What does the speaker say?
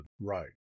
right